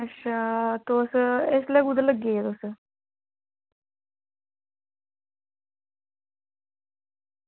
अच्छा तुस इसलै कुत्थे लग्गे दे तुस